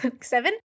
seven